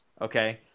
Okay